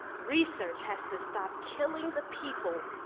research has to stop killing the people,